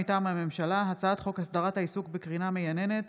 מטעם הממשלה: הצעת חוק הסדרת העיסוק בקרינה מייננת,